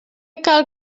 cal